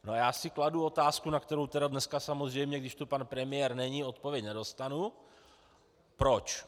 No, já si kladu otázku, na kterou tedy dneska samozřejmě, když tu pan premiér není, odpověď nedostanu: Proč?